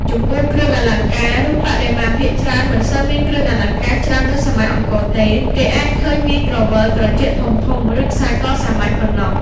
ចំំពោះគ្រឿងអលង្ការ រូបបដិមាភាគច្រើនមិនសូវមានគ្រឿងអលង្ការច្រើនដូចសម័យអង្គរទេ គេអាចឃើញមាន ក្រវិលត្រចៀកធំៗ ឬ ខ្សែកសាមញ្ញ ប៉ុណ្ណោះ។